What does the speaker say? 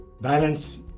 balance